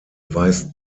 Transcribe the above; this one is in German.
weist